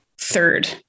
third